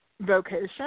vocation